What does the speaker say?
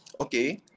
okay